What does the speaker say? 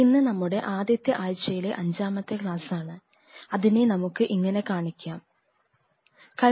ഇന്ന് നമ്മുടെ ആദ്യത്തെ ആഴ്ചയിലെ അഞ്ചാമത്തെ ക്ലാസ്സാണ് അതിനെ നമുക്ക് ഇങ്ങനെ കാണിക്കാം W1L 5